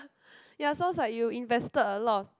ya sounds like you invested a lot of